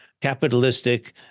capitalistic